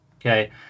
Okay